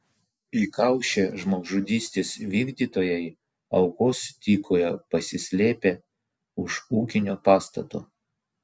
įkaušę žmogžudystės vykdytojai aukos tykojo pasislėpę už ūkinio pastato